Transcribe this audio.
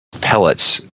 pellets